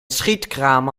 schietkraam